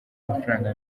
amafaranga